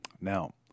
Now